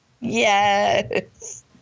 yes